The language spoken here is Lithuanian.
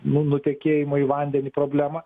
nu nutekėjimu į vandenį problema